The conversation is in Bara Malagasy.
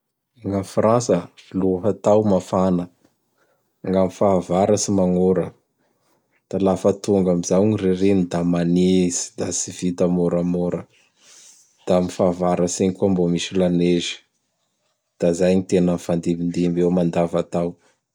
Gn'a Frantsa, lohatao mafana; gn'am fahavaratsy magnora; da lafa tonga am zao gny ririny da manitsy da tsy vita moramora. Da am fahavaratsy igny koa mbô misy lanezy. Da zay gny tena mifandimbindimby eo mandavatao.